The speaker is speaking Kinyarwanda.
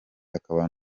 akaba